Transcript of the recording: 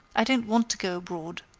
i don't want to go abroad.